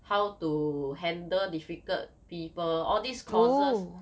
how to handle difficult people all these courses